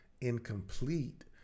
incomplete